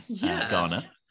Ghana